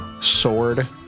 sword